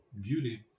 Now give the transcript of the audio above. beauty